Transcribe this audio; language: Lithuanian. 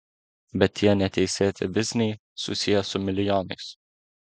bet tie neteisėti bizniai susiję su milijonais